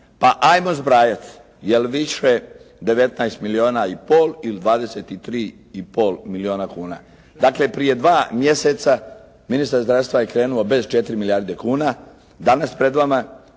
Pa ajmo zbrajati, je li više 19 milijuna i pol ili 23,5 milijuna kuna. Dakle, prije dva mjeseca ministar zdravstva je krenuo bez 4 milijarde kuna, danas pred vama